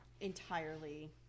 entirely